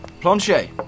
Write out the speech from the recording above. Planchet